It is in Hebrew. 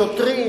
שוטרים